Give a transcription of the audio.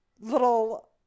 little